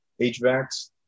HVACs